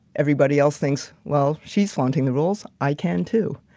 everybody else thinks, well, she's flaunting the rules. i can too.